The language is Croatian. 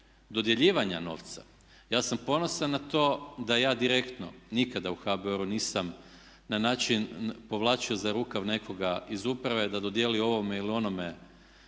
dodjeljivanja novca, ja sam ponosan na to da ja direktno nikada u HBOR-u nisam na način povlačio za rukav nekoga iz uprave da dodijeli ovome ili onome